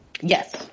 yes